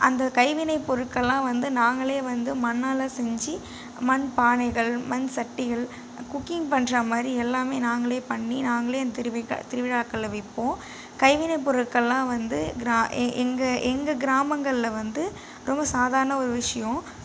அந்த கைவினை பொருட்கள்லாம் வந்து நாங்களே வந்து மண்ணால் செஞ்சு மண் பானைகள் மண் சட்டிகள் குக்கிங் பண்கிற மாதிரி எல்லாம் நாங்களே பண்ணி நாங்களே அந்த திருவி திருவிழாக்களில் விற்போம் கைவினை பொருட்கள்லாம் வந்து கிரா எங்கள் எங்கள் கிராமங்களில் வந்து ரொம்ப சாதாரண ஒரு விஷயம்